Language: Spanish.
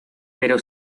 pero